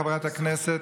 חברת הכנסת,